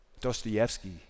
Dostoevsky